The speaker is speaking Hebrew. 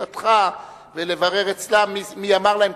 משרדך ולברר שם מי אמר להם,